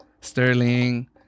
Sterling